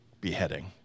beheading